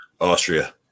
Austria